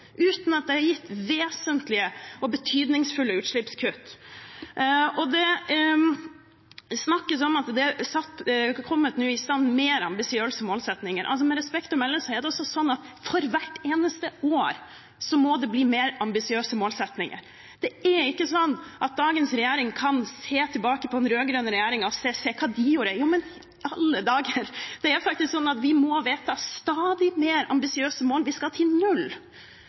uten at det har gitt vesentlige og betydningsfulle utslippskutt. Det snakkes om at det nå er kommet i stand mer ambisiøse målsettinger. Med respekt å melde er det altså sånn at for hvert eneste år må det bli mer ambisiøse målsettinger. Det er ikke sånn at dagens regjering kan se tilbake på den rød-grønne regjeringen og si: Se hva de gjorde. Men i alle dager – det er faktisk sånn at vi må vedta stadig mer ambisiøse mål, vi skal til null.